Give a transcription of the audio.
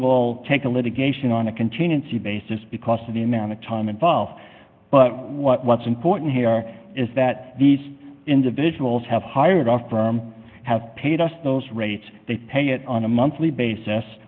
will take the litigation on a contingency basis because of the amount of time involved but what's important here is that these individuals have hired our firm have paid us those rates they pay it on a monthly basis